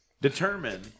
determine